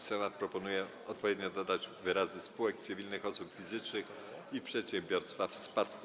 Senat proponuje odpowiednio dodać wyrazy „spółek cywilnych osób fizycznych i przedsiębiorstwa w spadku”